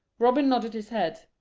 robin nodded his head,